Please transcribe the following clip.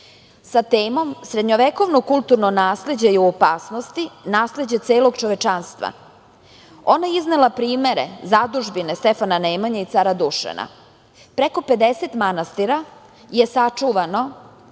sa temom - srednjovekovno kulturno nasleđe je u opasnosti, nasleđe celog čovečanstva. Ona je iznela primere zadužbine Stefana Nemanje i cara Dušana. Preko 50 manastira je sačuvano